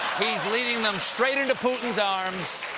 he's leading them straight into putin's arms.